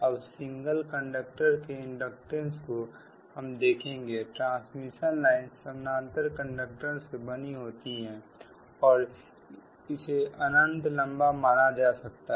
अब single conductor के inductance को हम देखेंगेट्रांसमिशन लाइनें समानांतर कंडक्टर से बनी होती हैं और इसे अनंत लंबा माना जा सकता है